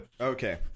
Okay